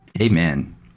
amen